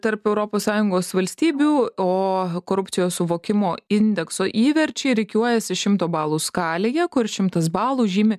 tarp europos sąjungos valstybių o korupcijos suvokimo indekso įverčiai rikiuojasi šimto balų skalėje kur šimtas balų žymi